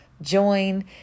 join